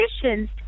conditions